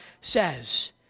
says